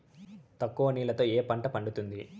తక్కువ నీళ్లతో ఏ పంట పండుతుంది?